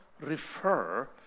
refer